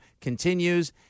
continues